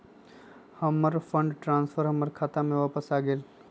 हमर fund transfer हमर खाता में वापस आ गेल